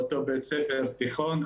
באותו בית ספר תיכון.